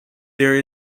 there